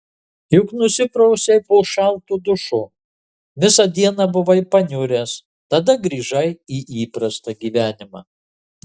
juk nusiprausei po šaltu dušu visą dieną buvai paniuręs tada grįžai į įprastą gyvenimą